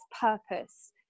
purpose